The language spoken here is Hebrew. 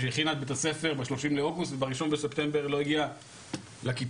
הכינה את בית הספר בשלושים באוגוסט ובראשון בספטמבר לא הגיעה לכיתה.